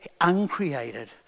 uncreated